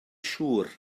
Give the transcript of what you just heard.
siŵr